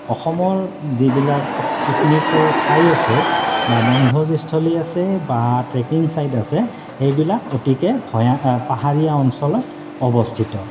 অসমৰ যিবিলাক পিকনিকৰ ঠাই আছে বা বনভোজস্থলী আছে বা ট্ৰেকিং ছাইট আছে সেইবিলাক অতিকৈ ভয়া পাহাৰীয়া অঞ্চলত অৱস্থিত